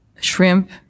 shrimp